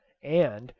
and,